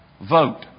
vote